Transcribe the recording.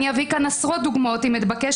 אני אביא כאן עשרות דוגמאות אם אתבקש